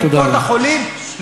תודה רבה.